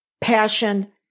Passion